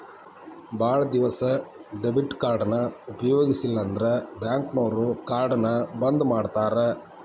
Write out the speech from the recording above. ಭಾಳ್ ದಿವಸ ಡೆಬಿಟ್ ಕಾರ್ಡ್ನ ಉಪಯೋಗಿಸಿಲ್ಲಂದ್ರ ಬ್ಯಾಂಕ್ನೋರು ಕಾರ್ಡ್ನ ಬಂದ್ ಮಾಡ್ತಾರಾ